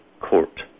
court